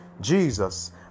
Jesus